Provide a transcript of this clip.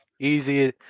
Easy